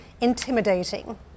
intimidating